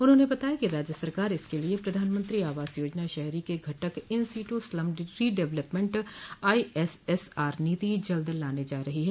उन्होंने बताया कि राज्य सरकार इसके लिए प्रधानमंत्री आवास योजना शहरी के घटक in situ slum redevelopment ISSR नीति जल्द लाने जा रही है